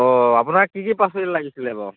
অঁ আপোনাক কি কি পাচলি লাগিছিলে বাৰু